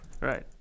Right